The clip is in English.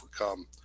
overcome